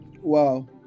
Wow